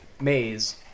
maze